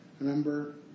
Remember